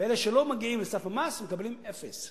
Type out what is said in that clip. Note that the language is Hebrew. ואלה שלא מגיעים לסף המס מקבלים אפס.